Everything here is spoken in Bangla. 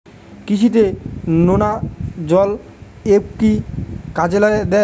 কৃষি তে নেমাজল এফ কি কাজে দেয়?